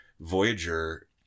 Voyager